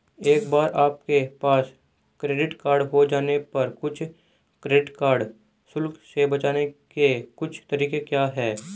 एक बार आपके पास क्रेडिट कार्ड हो जाने पर कुछ क्रेडिट कार्ड शुल्क से बचने के कुछ तरीके क्या हैं?